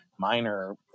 Minor